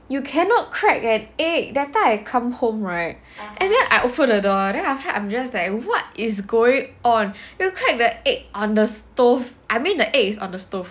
you cannot crack an egg that time I come home right and then I open the door then I'm just like what is going on you crack the egg on the stove I mean the egg is on the stove